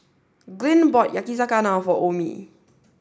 Glynn bought Yakizakana for Omie